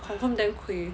confirm them 亏